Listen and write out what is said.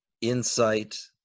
insight